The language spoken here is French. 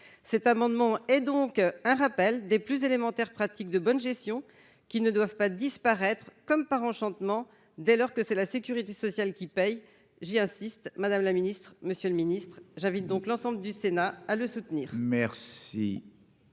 cet amendement et donc un rappel des plus élémentaires pratique de bonne gestion, qui ne doivent pas disparaître comme par enchantement dès lors que c'est la sécurité sociale qui paye, j'y insiste, Madame la Ministre, Monsieur le Ministre, j'invite donc l'ensemble du Sénat à le soutenir.